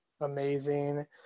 amazing